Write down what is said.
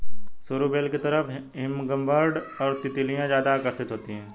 सरू बेल की तरफ हमिंगबर्ड और तितलियां ज्यादा आकर्षित होती हैं